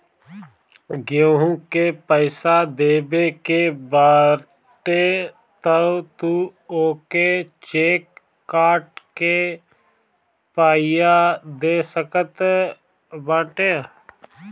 केहू के पईसा देवे के बाटे तअ तू ओके चेक काट के पइया दे सकत बाटअ